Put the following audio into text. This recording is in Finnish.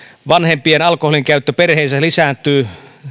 vanhempien alkoholinkäyttö perheissä lisääntyy se